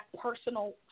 personal